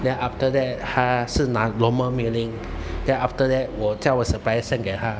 then after that 他是拿 normal mailing then after that 我叫 supplier send 给他